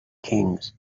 kings